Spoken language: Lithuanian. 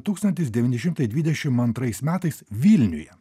tūkstantis devyni šimtai dvidešim antrais metais vilniuje